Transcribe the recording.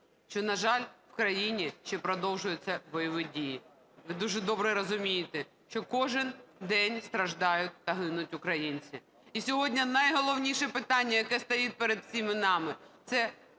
що, на жаль, в країні ще продовжуються бойові дії. Ви дуже добре розумієте, що кожен день страждають та гинуть українці. І сьогодні найголовніше питання, яке стоїть перед всіма нами, – це